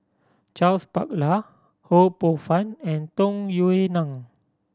Charles Paglar Ho Poh Fun and Tung Yue Nang